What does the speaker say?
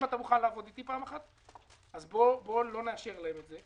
אם אתה מוכן לעבוד איתי פעם אחת אז בוא לא נאשר להם את זה